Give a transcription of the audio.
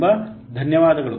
ತುಂಬ ಧನ್ಯವಾದಗಳು